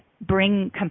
bring